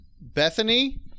Bethany